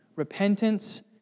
Repentance